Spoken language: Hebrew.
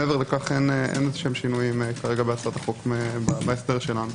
מעבר לכך אין שינויים בהצעת החוק בהסדר שלנו.